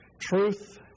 Truth